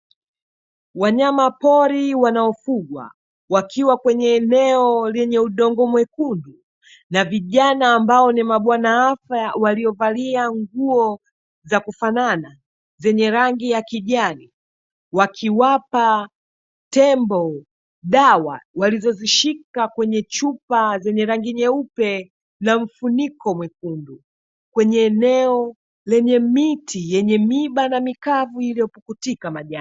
Wanyamapori wanaofugwa wakiwa kwenye eneo lenye udongo mwekundu, na vijana ambao ni mabwana afya waliovalia nguo za kufanana zenye rangi ya kijani, wakiwapa tembo dawa walizozishika kwenye chupa zenye rangi nyeupe na mfuniko mwekundu, kwenye eneo lenye miti yenye miba na mikavu iliyopuputika majani.